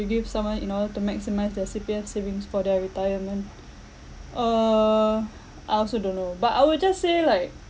give someone in order to maximise their C_P_F savings for their retirement uh I also don't know but I will just say like